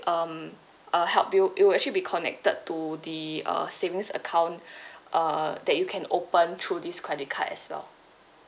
um uh help you it will actually be connected to the uh savings account uh that you can open through this credit card as well